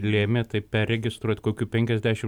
lėmė tai perregistruot kokių penkiasdešim